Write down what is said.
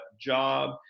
job